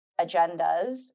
agendas